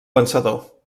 vencedor